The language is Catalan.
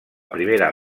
primera